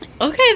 Okay